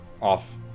off